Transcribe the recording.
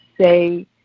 say